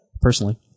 personally